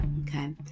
okay